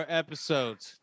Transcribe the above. episodes